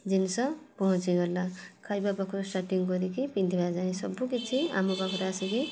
ଜିନିଷ ପହଞ୍ଚି ଗଲା ଖାଇବା ପାଖରୁ ଷ୍ଟାଟିଙ୍ଗ୍ କରିକି ପିନ୍ଧିବା ଯାଏ ସବୁକିଛି ଆମ ପାଖେରେ ଆସିକି